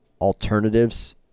alternatives